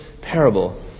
parable